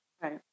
Right